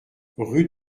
rue